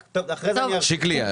שיקלי,